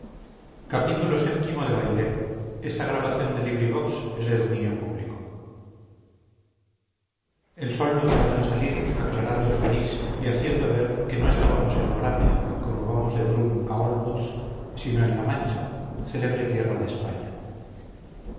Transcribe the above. xxvi xxvii xxviii xxix xxx xxxi xxxii bailén de benito pérez galdós el sol no tardó en salir aclarando el país y haciendo ver que no estábamos en moravia como vamos de brunn a olmutz sino en la mancha célebre tierra de españa